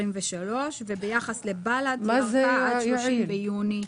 2023. וביחס לבל"ד ארכה עד ה-30 ביוני.